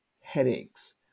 headaches